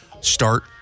start